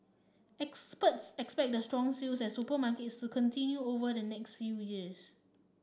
experts expect the strong sales at supermarkets to continue over the next few years